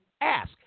ask